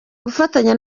gufatanya